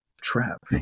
trap